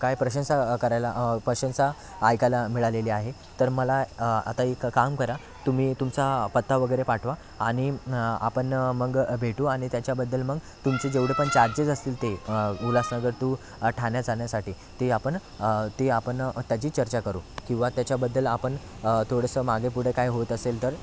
काय प्रशंसा करायला प्रशंसा ऐकायला मिळालेली आहे तर मला आता एक काम करा तुम्ही तुमचा पत्ता वगैरे पाठवा आणि आपण मग भेटू आणि त्याच्याबद्दल मग तुमचे जेवढे पण चार्जेस असतील ते उल्हासनगर टू ठाणे जाण्यासाठी ते आपण ते आपण त्याची चर्चा करू किंवा त्याच्याबद्दल आपण थोडंसं मागे पुढे काही होत असेल तर